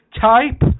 type